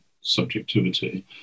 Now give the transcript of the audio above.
subjectivity